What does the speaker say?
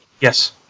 Yes